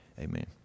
Amen